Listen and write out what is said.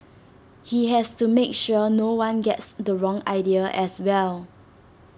he has to make sure no one gets the wrong idea as well